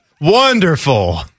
wonderful